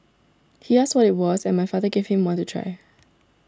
he asked what it was and my father gave him one to try